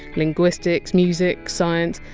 linguistics, music, science,